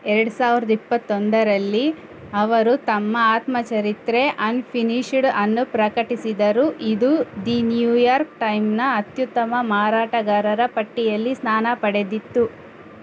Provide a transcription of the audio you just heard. ಎರಡು ಸಾವಿರದ ಇಪ್ಪತ್ತೊಂದರಲ್ಲಿ ಅವರು ತಮ್ಮ ಆತ್ಮಚರಿತ್ರೆ ಅನ್ಫಿಶಡ್ ಅನ್ನು ಪ್ರಕಟಿಸಿದರು ಇದು ದಿ ನ್ಯೂಯಾರ್ಕ್ ಟೈಮ್ನ ಅತ್ಯುತ್ತಮ ಮಾರಾಟಗಾರರ ಪಟ್ಟಿಯಲ್ಲಿ ಸ್ಥಾನ ಪಡೆದಿತ್ತು